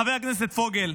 חבר הכנסת פוגל,